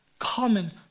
common